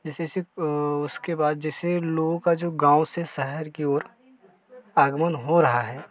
जैसे सिप उसके बाद जैसे लोगों का जो गाँव से शहर की ओर आगमन हो रहा है